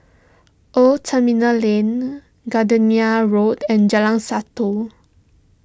Old Terminal Lane Gardenia Road and Jalan Satu